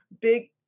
big